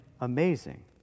amazing